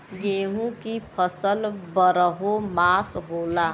गेहूं की फसल बरहो मास होला